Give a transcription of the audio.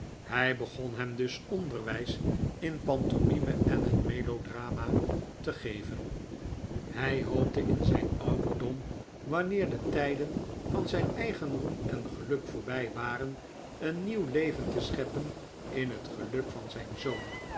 hij begon hem dus onderwijs in de pantomime en het melodrama hoopte in zijn ouderdom wanneer detijden van zijn eigen roem en geluk voorbij waren een nieuw leven te scheppen in het geluk van zijn zoon